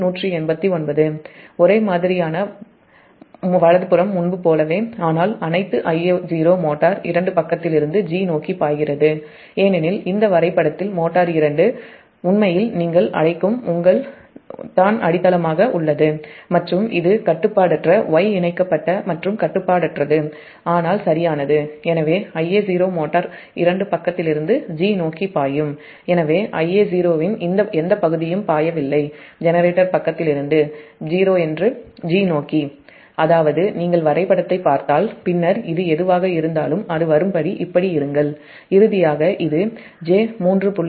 முன்பு போலவே ஒரே மாதிரியான அனைத்து Ia0 மோட்டார் 2 பக்கத்திலிருந்து 'g' நோக்கி பாய்கிறது ஏனெனில் இந்த வரைபடத்தில் மோட்டார் 2 உண்மையில் நீங்கள் அழைக்கும் உங்கள் அடித்தளமாக உள்ளது மற்றும் இது Y இணைக்கப்பட்ட கட்டுப்பாடற்றது ஆனால் சரியானது எனவே Ia0 மோட்டார் 2 பக்கத்திலிருந்து 'g' நோக்கிபாயும் எனவே Ia0 இன் எந்த பகுதியும் பாயவில்லை ஜெனரேட்டர் பக்கத்திலிருந்து '0' என்று 'g' நோக்கி அதாவது நீங்கள் வரைபடத்தைப் பார்த்தால் பின்னர் இது எதுவாக இருந்தாலும் அது வரும் இறுதியாக இது j3